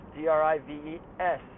D-R-I-V-E-S